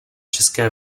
české